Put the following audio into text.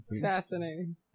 Fascinating